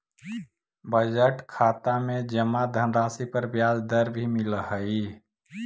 budget खाता में जमा धनराशि पर ब्याज दर भी मिलऽ हइ